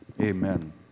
Amen